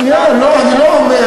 שנייה, לא, אני לא אומר.